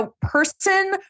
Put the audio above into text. person